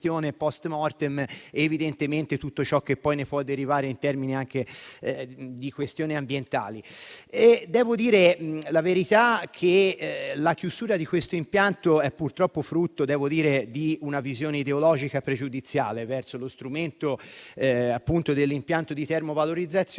la chiusura di questo impianto è frutto purtroppo di una visione ideologica pregiudiziale verso lo strumento della termovalorizzazione.